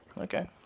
Okay